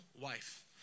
wife